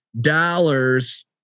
dollars